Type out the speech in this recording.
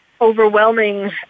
overwhelming